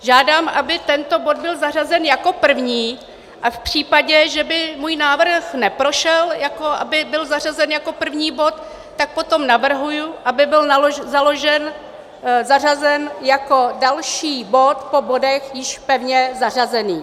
Žádám, aby tento bod byl zařazen jako první, a v případě, že by můj návrh neprošel, jako aby byl zařazen jako první bod, tak potom navrhuji, aby byl zařazen jako další bod po bodech již pevně zařazených.